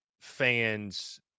fans